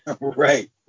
Right